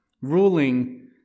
ruling